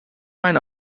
mijn